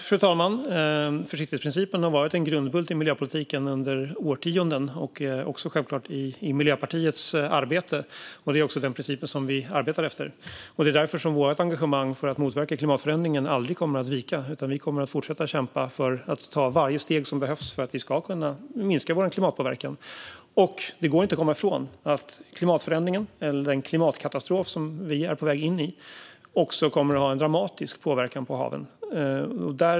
Fru talman! Försiktighetsprincipen har varit en grundbult i miljöpolitiken under årtionden och också självklart i Miljöpartiets arbete. Det är också den principen vi arbetar efter. Det är därför vårt engagemang för att motverka klimatförändringen aldrig kommer att vika, utan vi kommer att fortsätta kämpa för att ta varje steg som behövs för att vi ska kunna minska vår klimatpåverkan. Det går inte att komma ifrån att klimatförändringen, eller den klimatkatastrof som vi är på väg in i, också kommer att ha en dramatisk påverkan på haven.